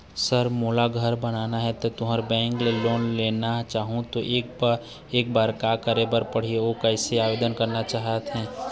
Sir मोला घर बनाना हे ता तुंहर बैंक ले होम लोन लेना चाहूँ ता एकर बर का का करे बर पड़थे अउ कइसे आवेदन करना हे?